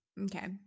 okay